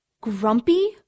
Grumpy